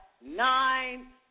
nine